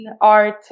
art